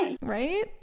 Right